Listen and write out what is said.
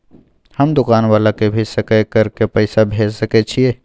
हम दुकान वाला के भी सकय कर के पैसा भेज सके छीयै?